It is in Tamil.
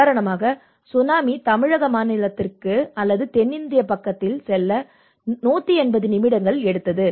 உதாரணமாக சுனாமி தமிழக மாநிலத்திற்கு அல்லது தென்னிந்திய பக்கத்தில் செல்ல 180 நிமிடங்கள் எடுத்தது